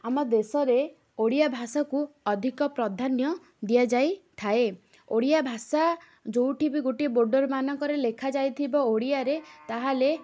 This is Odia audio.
ଆମ ଦେଶରେ ଓଡ଼ିଆ ଭାଷାକୁ ଅଧିକ ପ୍ରାଧାନ୍ୟ ଦିଆଯାଇଥାଏ ଓଡ଼ିଆ ଭାଷା ଯେଉଁଠି ବି ଗୋଟଏ ବୋର୍ଡ଼୍ ମାନଙ୍କରେ ଲେଖାଯାଇଥିବ ଓଡ଼ିଆରେ ତା'ହେଲେ